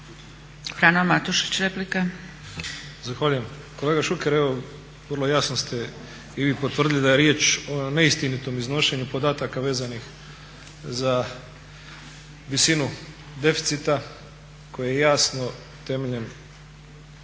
**Matušić, Frano (HDZ)** Zahvaljujem. Kolega Šuker, vrlo jasno ste i vi potvrdili da je riječ o neistinitom iznošenju podataka vezanih za visinu deficita koji je jasno temeljem